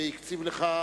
הקציב לך,